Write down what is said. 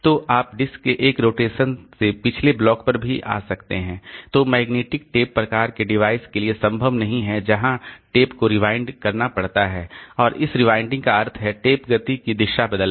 तो आप डिस्क के एक रोटेशन से पिछले ब्लॉक पर भी आ सकते हैं जो मैग्नेटिक टेप प्रकार के डिवाइस के लिए संभव नहीं है जहां टेप को रिवाइंड करना पड़ता है और इस रिवाइंडिंग का अर्थ है टेप गति की दिशा बदलना